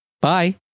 bye